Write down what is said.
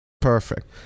Perfect